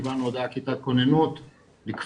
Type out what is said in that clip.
קיבלנו הודעה כיתת כוננות לקפוץ,